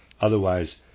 otherwise